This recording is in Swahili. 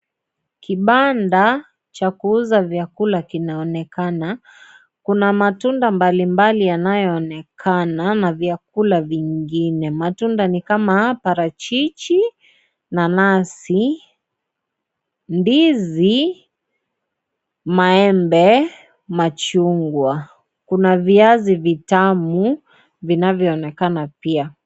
Kibanda cha kuuza vyakula kinaonekana, kuna matunda mbalimbali yanayoonekana na vyakula vingine. Matunda ni kama parachichi, nanazi, ndizi, maembe, machungwa, kuna viazi vitamu vinavyoonekana pia.